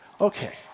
Okay